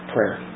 Prayer